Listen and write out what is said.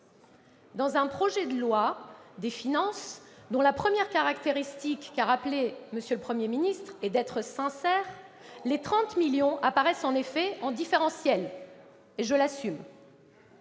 Dans le projet de loi de finances, dont la première caractéristique, que vient de rappeler M. le Premier ministre, est d'être sincère, 30 millions d'euros apparaissent en effet en différentiel, et je l'assume.